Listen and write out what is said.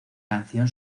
canción